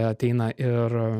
ateina ir